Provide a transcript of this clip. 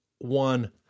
one